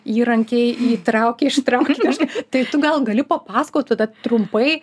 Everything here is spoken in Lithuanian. įrankiai trauki ištrauki aš tai tu gal gali papasakot tada trumpai